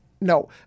no